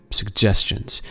suggestions